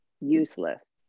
useless